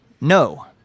No